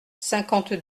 cinquante